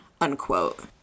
unquote